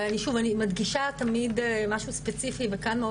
אוני מדגישה תמיד משהו ספציפי וכאן מאוד